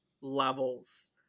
levels